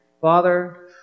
Father